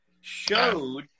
showed